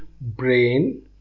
brain